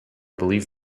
believe